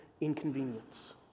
inconvenience